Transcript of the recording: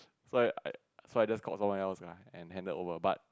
so I I so I just call someone else lah and handed over but